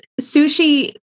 sushi